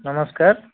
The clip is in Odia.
ନମସ୍କାର